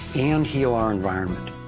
and heal our environment.